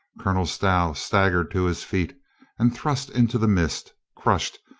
colonel stow staggered to his feet and thrust into the midst, crushed,